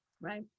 Right